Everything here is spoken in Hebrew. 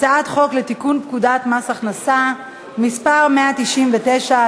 הצעת חוק לתיקון פקודת מס הכנסה (מס' 199),